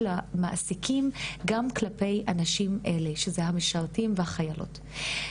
המעסיקים גם כלפיי אנשים אלה שהם המשרתים והחיילות..".